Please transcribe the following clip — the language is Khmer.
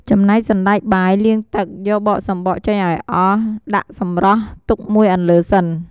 ចំណែកសណ្ដែកបាយលាងទឹក យកបកសម្បកចេញឱ្យអស់ ដាក់សម្រស់ទុកមួយអន្លើសិន ។